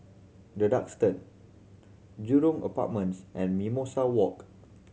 The Duxton Jurong Apartments and Mimosa Walk